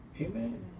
Amen